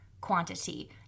quantity